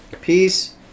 Peace